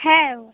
হ্যাঁ ও